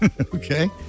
Okay